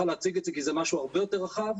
להציג את זה כי זה משהו הרבה יותר רחב,